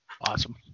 Awesome